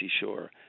Shore